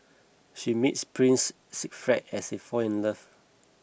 she meets Prince Siegfried as they fall in love